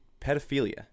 pedophilia